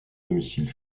domicile